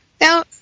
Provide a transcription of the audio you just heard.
Now